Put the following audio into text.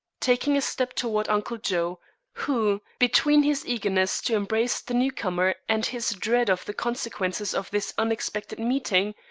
taking a step toward uncle joe who, between his eagerness to embrace the new-comer and his dread of the consequences of this unexpected meeting,